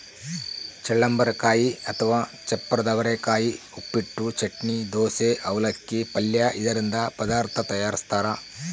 ಚಳ್ಳಂಬರೆಕಾಯಿ ಅಥವಾ ಚಪ್ಪರದವರೆಕಾಯಿ ಉಪ್ಪಿಟ್ಟು, ಚಟ್ನಿ, ದೋಸೆ, ಅವಲಕ್ಕಿ, ಪಲ್ಯ ಇದರಿಂದ ಪದಾರ್ಥ ತಯಾರಿಸ್ತಾರ